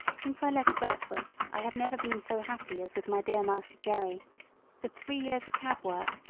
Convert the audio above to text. since i left birtwick i had never been so happy as with my dear master jerry but three years of cab work,